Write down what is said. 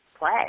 play